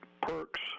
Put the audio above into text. perks